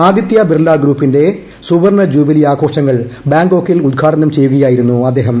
ആദിത്യബിർലാ ഗ്രൂപ്പിന്റെ സുവർണ്ണജൂബിലി ആഘോഷങ്ങൾ ബാങ്കോക്കിൽ ഉദ്ഘാടനം ചെയ്യുകയായിരുന്നു അദ്ദേഹം